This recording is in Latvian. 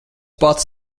pats